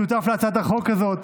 שותף להצעת החוק הזאת,